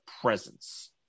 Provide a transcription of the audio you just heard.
presence